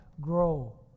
grow